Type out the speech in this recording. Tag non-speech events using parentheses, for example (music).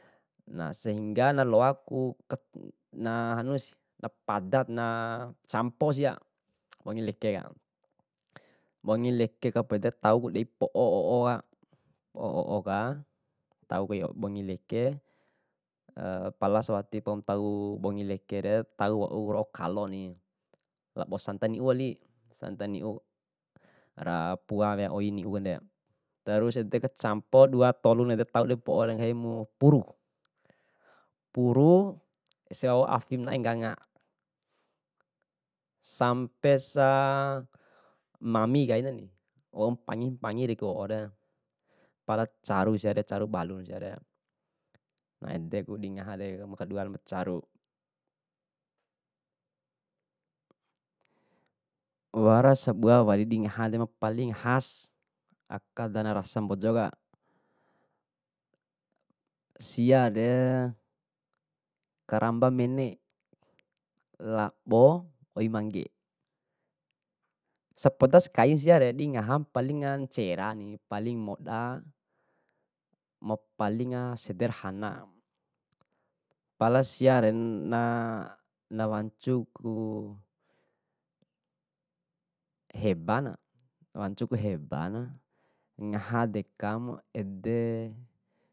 Na, sehingga naloaku na hanus, na padat na campo sia, bongi leke ka. Bongi leke ka pede tauku dei po'o o'o o'o ka o'o ka, tau kai bongi leke (hesitation) pala sewatipu tau bongi lekere tau wau ro'o kalo ni'labo santa niu wali, santa niu, ra pua wea oi niu kande. Terus ede kacambo dua tolun ede tau di po'o re nggahimu puru, puru ese wawo afi menae ngganga, sampesa mami kainani, wau mpangi mpangire o'o re, pala caru siare caru balun siare, na edeku dingahare makedua macaru. Wara sabua wali dingahade pa paling has aka rasa dana mbojoka, siade karamba mene, labo oi mangge. Sapodas kain siare dingahap palinga ncera palinga sederhana, pala siaren na- na wancuku hebana wancuku hebana ngaha dekamu ede.